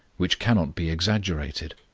which cannot be exaggerated.